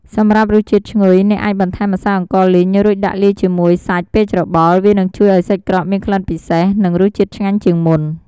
សម្រាប់រសជាតិឈ្ងុយ អ្នកអាចបន្ថែមម្សៅអង្ករលីង រួចដាក់លាយជាមួយសាច់ពេលច្របល់ វានឹងជួយឱ្យសាច់ក្រកមានក្លិនពិសេស និងរសជាតិឆ្ងាញ់ជាងមុន។